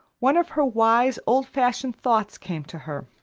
one of her wise, old-fashioned thoughts came to her.